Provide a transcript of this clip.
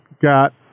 got